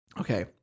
Okay